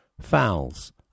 Fouls